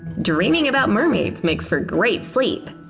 dreaming about mermaids makes for great sleep.